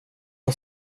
hon